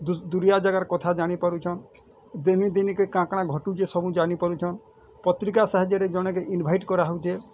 ଦୁରିଆ ଜାଗାର କଥା ଜାଣି ପାରୁଛନ୍ ଦିନେ ଦିନେକେ କାଣା କାଣା ଘଟୁଛେ ସବୁ ଜାଣିପାରୁଛନ୍ ପତ୍ରିକା ସାହାଯ୍ୟରେ ଜଣେ କେ ଇନ୍ଭାଇଟ୍ କରାହଉଛେ